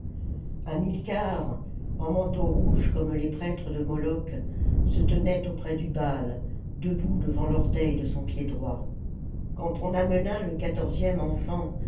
reconnus hamilcar en manteau rouge comme les prêtres de moloch se tenait auprès du baal debout devant l'orteil de son pied droit quand on amena le quatorzième enfant